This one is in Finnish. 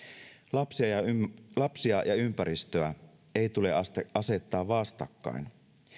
lapsia ja lapsia ja ympäristöä ei tule asettaa vastakkain